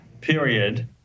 period